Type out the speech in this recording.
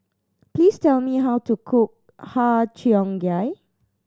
please tell me how to cook Har Cheong Gai